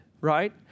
right